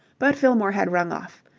but fillmore had rung off.